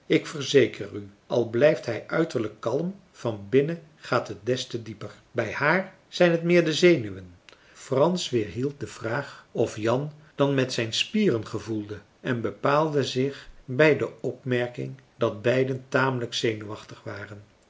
ik verzeker u al blijft hij uiterlijk kalm van binnen gaat het des te dieper bij haar zijn t meer de zenuwen frans weerhield de vraag of jan dan met zijn spieren gevoelde en bepaalde zich bij de opmerking dat beiden tamelijk zenuwachtig waren